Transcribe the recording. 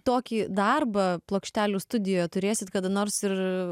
tokį darbą plokštelių studijoj turėsit kada nors ir